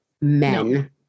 Men